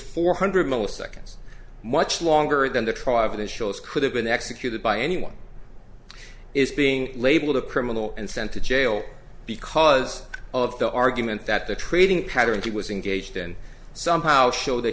four hundred milliseconds much longer than the trial of his shows could have been executed by anyone is being labeled a criminal and sent to jail because of the argument that the trading patterns he was engaged in somehow show that